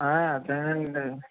అదేనండి